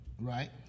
Right